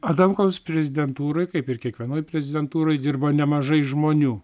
adamkaus prezidentūroj kaip ir kiekvienoj prezidentūroj dirbo nemažai žmonių